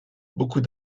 beaucoup